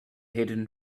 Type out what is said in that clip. hidden